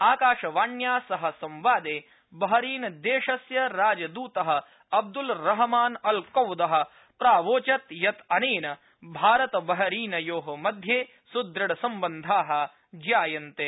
आकाशवाण्या सह संवादे बहरीनदेशस्य राजदूत अब्द्ल रहमान अल कौद प्रावोचत् यत् अनेन भारत बहरीनयो मध्ये सुदृढसम्बन्द्वा ज्ञायन्ते